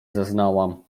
zaznałam